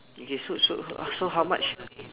okay so so so how much